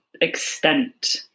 extent